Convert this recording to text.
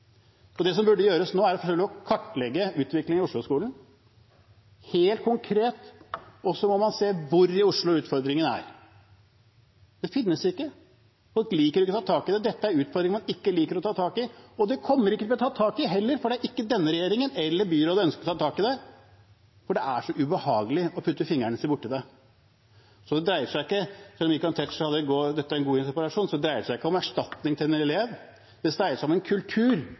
Det som burde gjøres nå, er å kartlegge utviklingen i Oslo-skolen, helt konkret. Man må se på hvor i Oslo utfordringene er. For det finnes ikke. Folk liker ikke å ta tak i det. Dette er utfordringer man ikke liker å ta tak i. Og det kommer ikke til å bli tatt tak i heller. Verken denne regjeringen eller byrådet ønsker å ta tak i det, for det er så ubehagelig å putte fingrene sine borti det. Selv om dette er en god interpellasjon, dreier det seg ikke om erstatning til en lærer. Det dreier seg om en kultur